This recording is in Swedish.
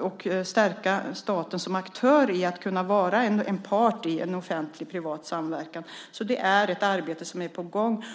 och att stärka staten som aktör och part i en offentlig-privat samverkan. Det är ett arbete som är på gång.